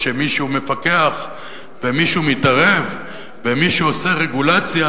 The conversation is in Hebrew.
שמישהו מפקח ומישהו מתערב ומישהו עושה רגולציה